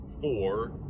four